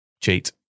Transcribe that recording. cheat